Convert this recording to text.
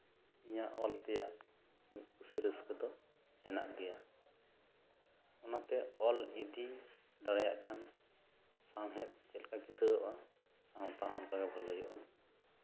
ᱤᱧᱟᱹᱜ ᱚᱞ ᱛᱮᱭᱟᱜ ᱢᱤᱫ ᱠᱩᱥᱤ ᱨᱟᱹᱥᱠᱟᱹ ᱫᱚ ᱢᱮᱱᱟᱜ ᱜᱮᱭᱟ ᱚᱱᱟᱛᱮ ᱚᱞ ᱤᱫᱤ ᱫᱟᱲᱮᱭᱟᱜ ᱠᱷᱟᱱ ᱥᱟᱶᱦᱮᱫ ᱪᱮᱫ ᱞᱮᱠᱟ ᱠᱤᱥᱟᱹᱲᱚᱜᱼᱟ ᱥᱟᱶᱛᱟ ᱦᱚᱸ ᱚᱱᱠᱟᱜᱮ ᱵᱷᱟᱹᱞᱟᱹᱭᱚᱜᱼᱟ